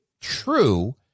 true